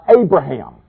Abraham